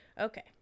Okay